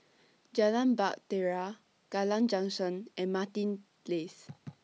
Jalan Bahtera Kallang Junction and Martin Place